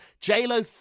J-Lo